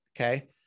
Okay